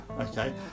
okay